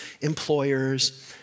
employers